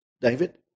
David